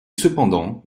cependant